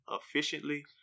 efficiently